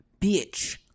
bitch